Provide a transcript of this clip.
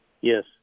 Yes